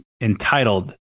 entitled